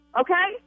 okay